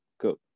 go